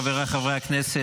חבריי חברי הכנסת,